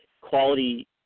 quality